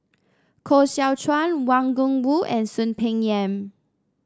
Koh Seow Chuan Wang Gungwu and Soon Peng Yam